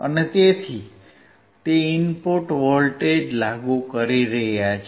તેથી તે input voltage લાગુ કરી રહ્યા છે